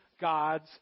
God's